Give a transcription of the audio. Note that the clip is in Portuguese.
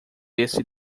esse